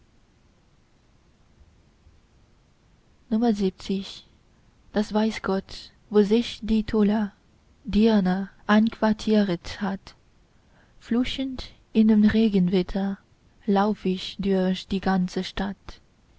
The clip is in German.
das weiß gott wo sich die tolle dirne einquartieret hat fluchend in dem regenwetter lauf ich durch die ganze stadt